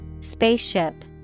Spaceship